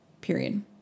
Period